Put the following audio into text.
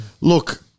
Look